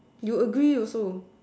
you agree also